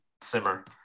simmer